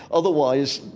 otherwise,